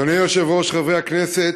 אדוני היושב-ראש, חברי הכנסת,